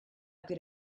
good